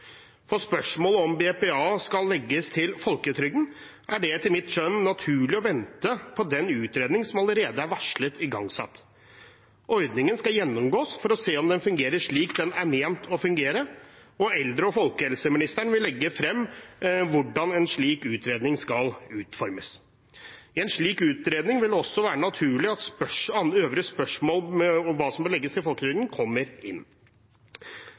spørsmålet om hvorvidt BPA skal legges til folketrygden, er det etter mitt skjønn naturlig å vente på den utredningen som allerede er varslet igangsatt. Ordningen skal gjennomgås for å se om den fungerer slik den er ment å fungere, og eldre- og folkehelseministeren vil legge frem hvordan en slik utredning skal utformes. I en slik utredning vil det også være naturlig at øvrige spørsmål om hva som bør legges til folketrygden, kommer inn.